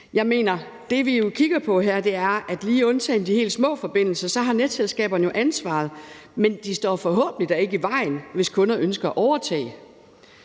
kigger på det. Lige undtagen de helt små forbindelser har netselskaberne jo ansvaret, men de står da forhåbentlig ikke i vejen, hvis kunder ønsker at overtage.